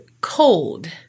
cold